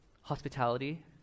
Hospitality